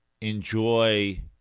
enjoy